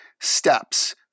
steps